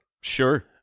Sure